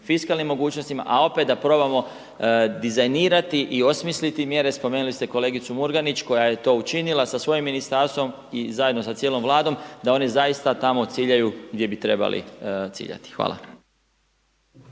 fiskalnim mogućnostima a opet da probamo dizajnirati i osmisliti mjere. Spomenuli ste i kolegicu Murganić koja je to učinila sa svojim ministarstvom i zajedno sa cijelom Vladom da oni zaista tamo ciljaju gdje bi trebali ciljati. Hvala.